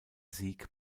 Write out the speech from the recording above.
sieg